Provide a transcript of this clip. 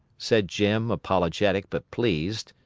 said jim, apologetic but pleased.